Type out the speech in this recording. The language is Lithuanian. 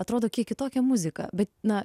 atrodo kiek kitokią muziką bet na